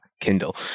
Kindle